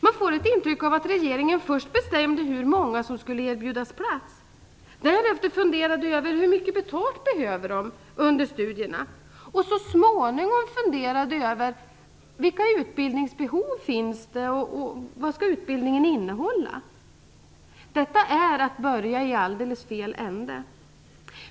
Man får ett intryck av att regeringen först bestämde hur många som skulle erbjudas plats, därefter funderade över hur mycket betalt studenterna behöver under studierna och så småningom funderade över utbildningsbehov och hur utbildningens innehåll skulle utformas. Det är att börja i alldeles fel ände.